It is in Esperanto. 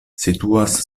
situas